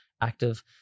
active